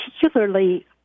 particularly